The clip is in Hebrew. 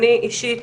אני אישית